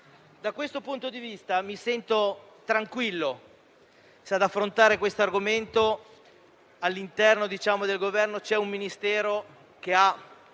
Da questo punto di vista, mi sento tranquillo se ad affrontare questo argomento all'interno del Governo c'è un Ministero che ha